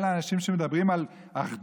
אלה האנשים שמדברים על אחדות?